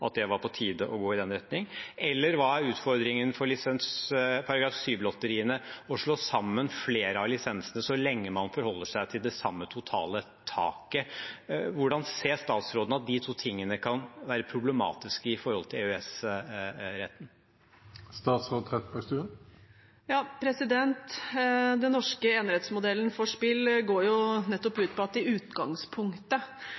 at det var på tide å gå i den retning. Eller hva er utfordringen for paragraf 7-lotteriene ved å slå sammen flere av lisensene, så lenge man forholder seg til det samme totale taket? Hvordan ser statsråden at de to tingene kan være problematisk med hensyn til EØS-retten? Den norske enerettsmodellen for spill går nettopp